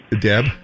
Deb